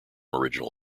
original